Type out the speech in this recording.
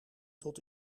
tot